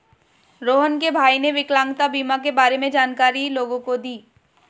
रोहण के भाई ने विकलांगता बीमा के बारे में जानकारी लोगों को दी